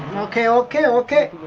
ok ok ok,